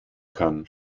kann